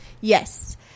Yes